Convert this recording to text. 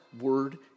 word